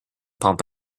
pump